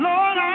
Lord